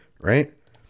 right